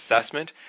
assessment